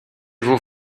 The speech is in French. vos